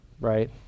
Right